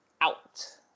out